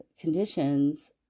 conditions